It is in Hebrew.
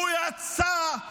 הוא יצא,